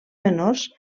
menors